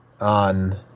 on